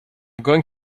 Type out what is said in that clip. going